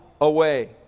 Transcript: away